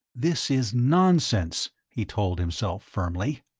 this is nonsense, he told himself firmly,